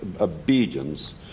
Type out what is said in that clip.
obedience